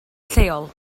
lleol